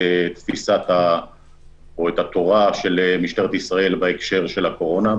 התורה של משטרת ישראל בהקשר של הקורונה.